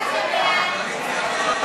ההצעה להעביר את הצעת חוק בתי-המשפט (תיקון,